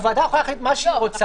הוועדה יכולה להחליט מה שהיא רוצה.